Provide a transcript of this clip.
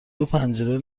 دوپنجره